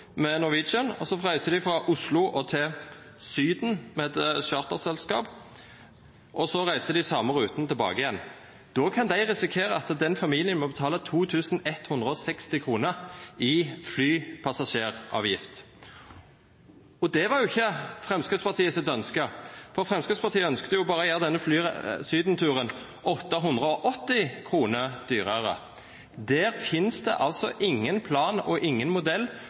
med Norwegian, dei reiser frå Oslo til Syden med eit charter-selskap, og dei reiser same ruta tilbake. Då kan dei risikera at familien må betala 2 160 kr i flypassasjeravgift. Det var jo ikkje Framstegspartiets ønske, for Framstegspartiet ønskte berre å gjera denne Syden-turen 880 kr dyrare. Der finst det altså ingen plan, ingen modell,